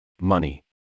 Money